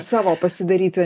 savo pasidaryti